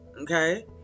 okay